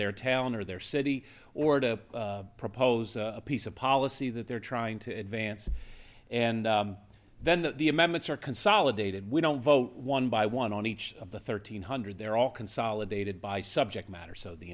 their town or their city or to propose a piece of policy that they're trying to advance and then the amendments are consolidated we don't vote one by one on each of the thirteen hundred they're all consolidated by subject matter so the